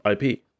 IP